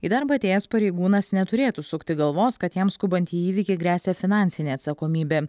į darbą atėjęs pareigūnas neturėtų sukti galvos kad jam skubant į įvykį gresia finansinė atsakomybė